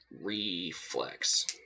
reflex